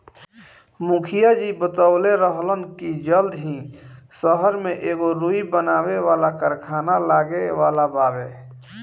मुखिया जी बतवले रहलन की जल्दी ही सहर में एगो रुई बनावे वाला कारखाना लागे वाला बावे